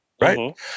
Right